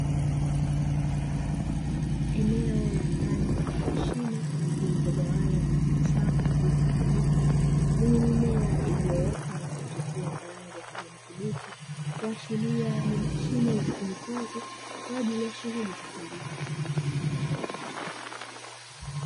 Eneo la ndani la mashine zilizogawanywa katika safu zilizonyooka, zenye mimea iliyoota na kuchipua kwa rangi ya kijani kibichi, kuashiria ni mashine zitumikazo kwa ajili ya shughuli za kilimo.